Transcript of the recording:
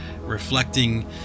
reflecting